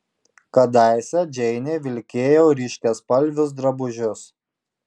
kadaise džeinė vilkėjo ryškiaspalvius drabužius